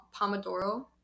Pomodoro